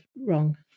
wrong